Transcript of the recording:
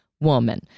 woman